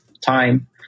time